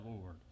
Lord